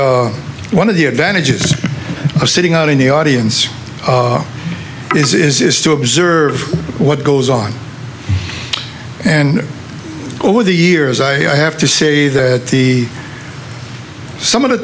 one of the advantages of sitting out in the audience is is to observe what goes on and over the years i have to say that the some of the